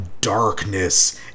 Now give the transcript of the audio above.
darkness